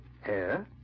hair